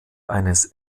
eines